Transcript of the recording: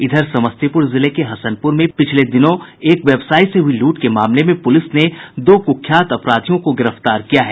इधर समस्तीपुर जिले के हसनपुर में कुछ दिन पहले एक व्यवसायी से हुई लूट के मामले में पुलिस ने दो कुख्यात अपराधियों को गिरफ्तार किया है